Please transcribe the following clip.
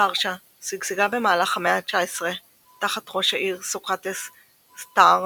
ורשה שגשגה במהלך המאה ה-19 תחת ראש העיר סוקרטס סטארנקיוויץ',